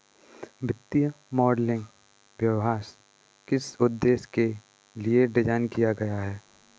वित्तीय मॉडलिंग व्यवसाय किस उद्देश्य के लिए डिज़ाइन किया गया है?